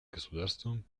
государствам